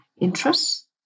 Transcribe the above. interests